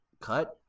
cut